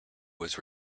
was